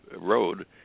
road